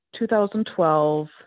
2012